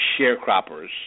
sharecroppers